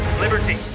liberty